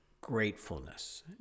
gratefulness